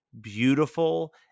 beautiful